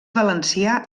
valencià